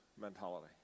mentality